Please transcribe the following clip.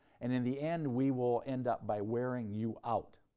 and in the end we will end up by wearing you out.